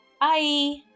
Bye